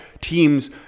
teams